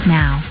now